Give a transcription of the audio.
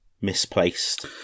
misplaced